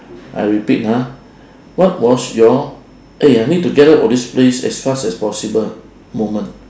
I repeat ha what was your eh I need to get out of this place as fast as possible moment